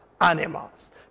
Animals